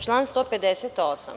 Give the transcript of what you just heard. Član 158.